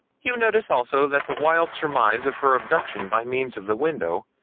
you notice also that the wild surmise of her abduction by means of the window,